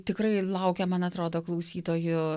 tikrai laukia man atrodo klausytojų